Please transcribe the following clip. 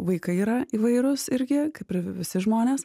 vaikai yra įvairūs irgi kaip ir visi žmonės